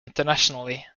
internationally